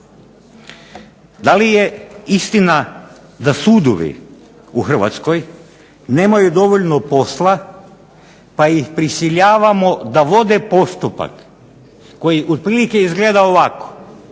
Da li je istina da sudovi u Hrvatskoj nemaju dovoljno posla pa ih prisiljavamo da vode postupak koji otprilike izgleda ovako: